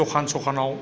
दखान सखानाव